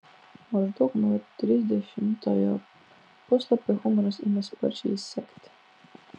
maždaug nuo trisdešimtojo puslapio humoras ėmė sparčiai sekti